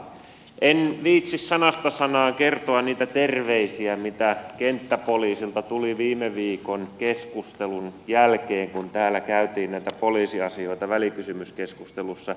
en viitsi sanasta sanaan kertoa niitä terveisiä mitä kenttäpoliisilta tuli viime viikon keskustelun jälkeen kun täällä käytiin näitä poliisiasioita välikysymyskeskustelussa